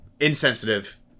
Insensitive